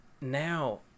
now